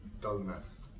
dullness